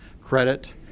credit